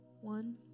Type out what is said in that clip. One